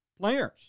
players